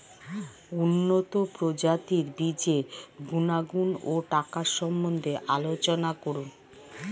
উন্নত প্রজাতির বীজের গুণাগুণ ও টাকার সম্বন্ধে আলোচনা করুন